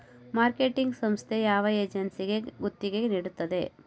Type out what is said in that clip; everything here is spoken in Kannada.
ಮಾರ್ಕೆಟಿಂಗ್ ಸಂಸ್ಥೆ ಯಾವ ಏಜೆನ್ಸಿಗೆ ಗುತ್ತಿಗೆ ನೀಡುತ್ತದೆ?